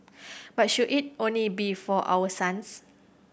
but should it only be for our sons